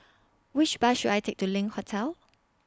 Which Bus should I Take to LINK Hotel